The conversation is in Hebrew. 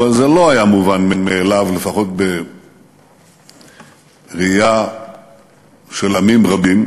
אבל זה לא היה מובן מאליו לפחות בראייה של עמים רבים,